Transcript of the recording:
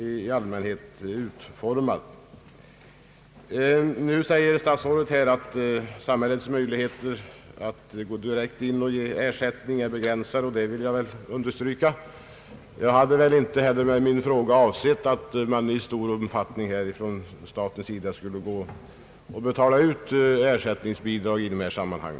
Nu säger herr statsrådet att samhällets möjligheter att ge en direkt ersättning är begränsade, och det vill jag understryka. Jag hade inte heller med min fråga avsett att staten i någon större omfattning skulle betala ut ersättning i dessa sammanhang.